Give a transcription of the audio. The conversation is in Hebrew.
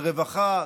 לרווחה,